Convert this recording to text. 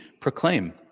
proclaim